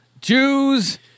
Jews